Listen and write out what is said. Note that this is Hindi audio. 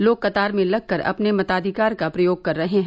लोग कतार में लग कर अपने मताधिकार का प्रयोग कर रहे हैं